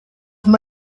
from